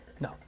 no